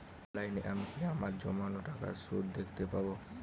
অনলাইনে আমি কি আমার জমানো টাকার সুদ দেখতে পবো?